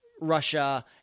Russia